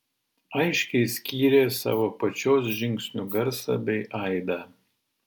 aiškiai skyrė savo pačios žingsnių garsą bei aidą